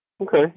Okay